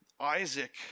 Isaac